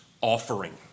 offering